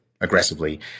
aggressively